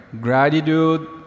Gratitude